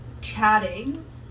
chatting